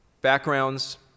backgrounds